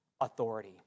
Authority